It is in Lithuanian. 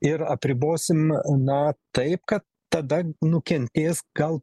ir apribosim na taip kad tada nukentės gal